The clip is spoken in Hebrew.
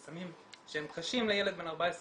אבל סמים שהם קשים לילד בן 14 בטוח,